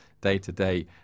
day-to-day